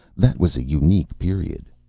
that was a unique period.